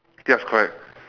yes correct